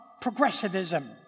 progressivism